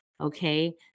Okay